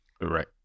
Right